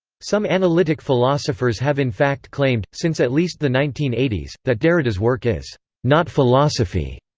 some analytic philosophers have in fact claimed, since at least the nineteen eighty s, that derrida's work is not philosophy.